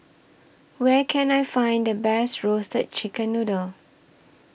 Where Can I Find The Best Roasted Chicken Noodle